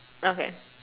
okay